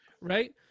Right